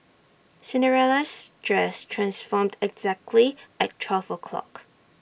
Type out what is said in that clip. Cinderella's dress transformed exactly at twelve o'clock